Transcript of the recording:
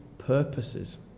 purposes